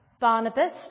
Barnabas